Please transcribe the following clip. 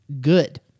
good